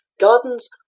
Gardens